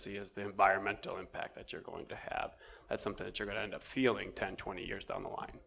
see is the environmental impact that you're going to have that something you're going to end up feeling ten twenty years down the line